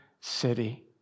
city